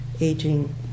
aging